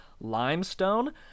limestone